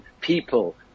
people